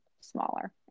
smaller